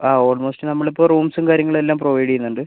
ആ ഓൾമോസ്റ്റ് നമ്മൾ ഇപ്പം റൂംസും കാര്യങ്ങളും എല്ലാം പ്രൊവൈഡ് ചെയ്യുന്നുണ്ട്